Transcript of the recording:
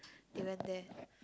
they went there